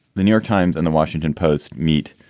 the new york times and the washington post meet.